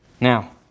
now